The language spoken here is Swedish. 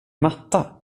matta